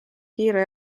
kiire